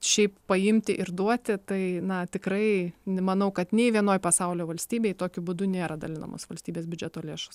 šiaip paimti ir duoti tai na tikrai nemanau kad nei vienoj pasaulio valstybėj tokiu būdu nėra dalinamos valstybės biudžeto lėšos